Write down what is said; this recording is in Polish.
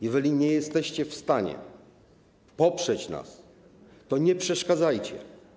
Jeżeli nie jesteście w stanie nas poprzeć, to nie przeszkadzajcie.